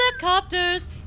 Helicopters